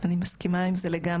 אני מסכימה עם זה לגמרי.